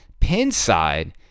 Pinside